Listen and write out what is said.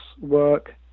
work